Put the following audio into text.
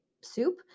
soup